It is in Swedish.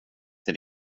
till